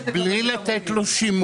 אני לא אוכל לפטר עובד בלי לתת לו שימוע.